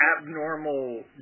abnormal